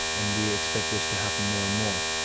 and we expect this to happen more and more.